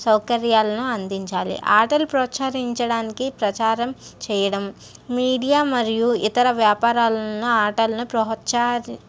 సౌకర్యాలను అందించాలి ఆటలు ప్రోత్సహించడానికి ప్రచారం చేయడం మీడియా మరియు ఇతర వ్యాపారాలను ఆటలను ప్రోత్స